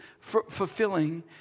fulfilling